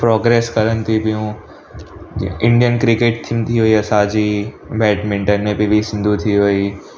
progress करनि थी पेयूं इंडियन क्रिकेट थींदी हुई असांजी बैडमिंटन में पी वी सिंधू थी वेई